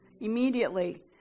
Immediately